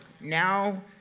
Now